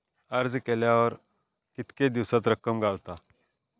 अर्ज केल्यार कीतके दिवसात रक्कम गावता?